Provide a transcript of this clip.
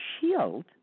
shield